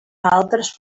altres